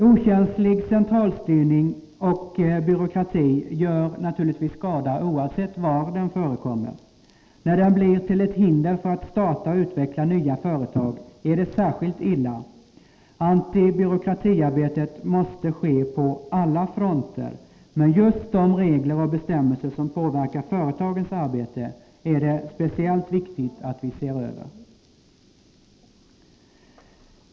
Okänslig centralstyrning och byråkrati gör naturligtvis skada oavsett var de förekommer. När de blir till ett hinder för att starta och utveckla nya företag är det särskilt illa. Antibyråkratiarbetet måste ske på alla fronter. Men just de regler och bestämmelser som påverkar företagens arbete är det viktigt att vi ser över.